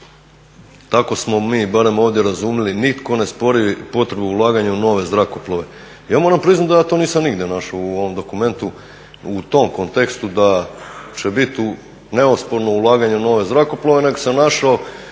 tako smo mi barem ovdje razumjeli, nitko ne spori potrebu ulaganja u nove zrakoplove. Ja moram priznati da ja to nisam nigdje našao u ovom dokumentu, u tom kontekstu da će biti neosporno ulaganje u nove zrakoplove nego sam našao